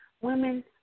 women